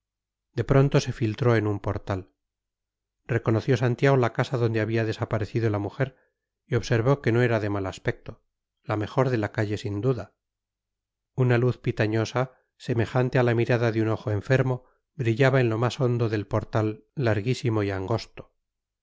de pronto se filtró en un portal reconoció santiago la casa donde había desaparecido la mujer y observó que no era de mal aspecto la mejor de la calle sin duda una luz pitañosa semejante a la mirada de un ojo enfermo brillaba en lo más hondo del portal larguísimo y angosto